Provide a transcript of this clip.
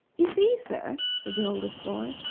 you see, sir, said the oldest boy,